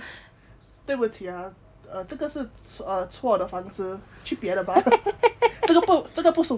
对不起啊这个是错的房子去别的吧这个不是我的